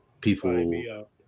people